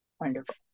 Wonderful